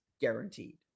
guaranteed